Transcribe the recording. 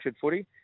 footy